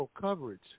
coverage